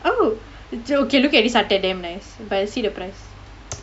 oh okay look at this சட்டை:sattai damn nice but you see the price